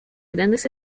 grandes